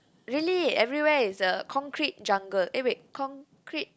really everywhere is a concrete jungle eh wait concrete